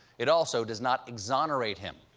it also does not exonerate him.